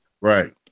Right